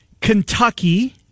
Kentucky